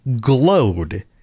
glowed